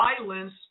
violence